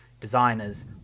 designers